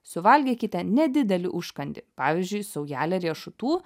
suvalgykite nedidelį užkandį pavyzdžiui saujelę riešutų